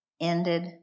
ended